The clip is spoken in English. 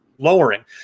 lowering